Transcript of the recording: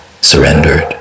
surrendered